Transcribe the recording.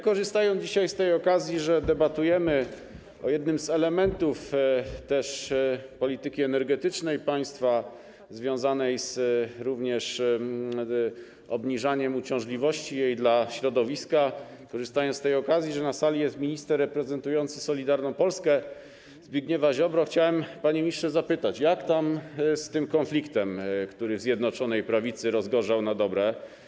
Korzystając dzisiaj z tej okazji, że debatujemy nad jednym z elementów polityki energetycznej państwa, związanej również obniżaniem jej uciążliwości dla środowiska, z tej okazji, że na sali jest minister reprezentujący Solidarną Polskę Zbigniewa Ziobro, chciałbym zapytać, panie ministrze, jak tam z tym konfliktem, który w Zjednoczonej Prawicy rozgorzał na dobre.